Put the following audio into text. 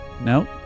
No